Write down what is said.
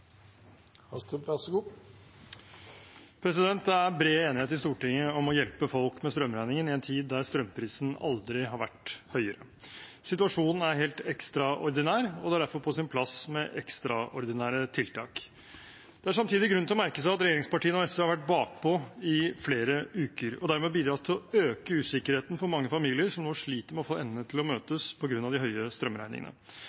Det er bred enighet i Stortinget om å hjelpe folk med strømregningen i en tid der strømprisen aldri har vært høyere. Situasjonen er helt ekstraordinær, og det er derfor på sin plass med ekstraordinære tiltak. Det er samtidig grunn til å merke seg at regjeringspartiene og SV har vært bakpå i flere uker og dermed bidratt til å øke usikkerheten for mange familier som nå sliter med å få endene til å